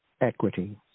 Equity